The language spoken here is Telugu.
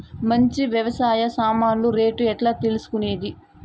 మంచి వ్యవసాయ సామాన్లు రేట్లు ఎట్లా తెలుసుకునేది?